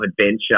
adventure